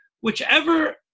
Whichever